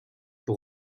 pour